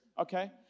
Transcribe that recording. okay